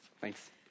Thanks